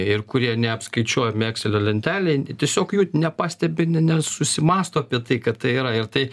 ir kurie neapskaičiuojami ekselio lentelėj tiesiog jų nepastebi nesusimąsto apie tai kad tai yra ir tai